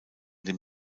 den